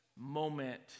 moment